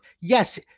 yes